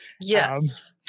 Yes